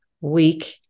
week